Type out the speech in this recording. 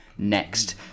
next